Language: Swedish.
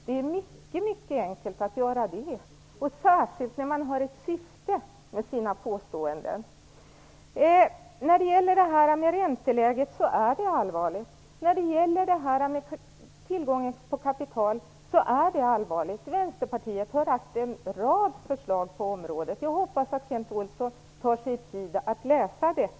Det är mycket enkelt att göra det, särskilt när man har ett syfte med sina påståenden. När det gäller ränteläget och tillgången på kapital vill jag säga att det är allvarligt. Vänsterpartiet har lagt fram en rad förslag på området. Jag hoppas att Kent Olsson tar sig tid att läsa dem.